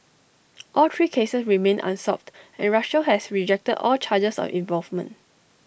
all three cases remain unsolved and Russia has rejected all charges of involvement